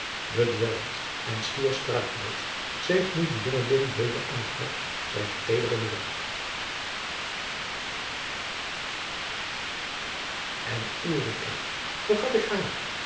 bedwelmd en schier sprakeloos zeeg nu de jongeling weder aan t hart zijner tedere moeder en ulrica vergat ik haar